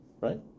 right